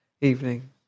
evening